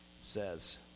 Says